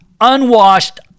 unwashed